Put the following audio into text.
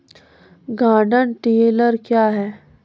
Garden tiller क्या हैं?